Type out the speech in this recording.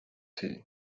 tea